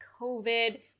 COVID